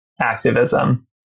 activism